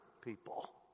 people